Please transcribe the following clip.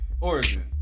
Origin